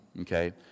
okay